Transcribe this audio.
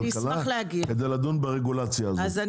כדי לדון ברגולציה הזאת.